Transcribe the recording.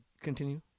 Continue